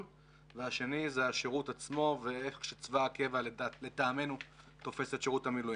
דבר אחרון, היחס של צבא הקבע לצבא המילואים.